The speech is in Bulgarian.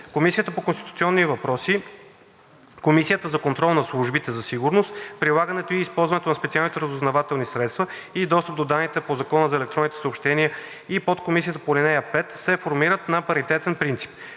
Комисията по конституционни въпроси, Комисията за контрол над службите за сигурност, прилагането и използването на специалните разузнавателни средства и достъпа до данните по Закона за електронните съобщения и подкомисията по ал. 5 се формират на паритетен принцип.